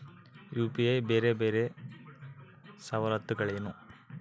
UPI ಬೇರೆ ಬೇರೆ ಸವಲತ್ತುಗಳೇನು?